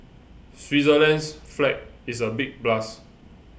Switzerland's flag is a big plus